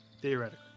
Theoretically